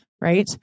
right